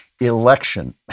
election